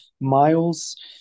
miles